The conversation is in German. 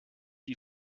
wie